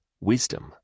wisdom